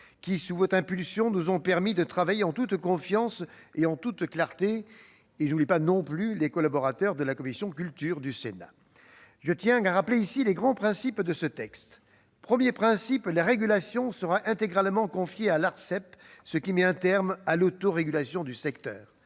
qui, sous votre impulsion, nous ont permis de travailler en toute confiance et en toute clarté. Je n'oublie pas non plus les collaborateurs de la commission de la culture du Sénat. Je tiens à rappeler les grands principes de ce texte. Premier principe, la régulation sera intégralement confiée à l'Autorité de régulation des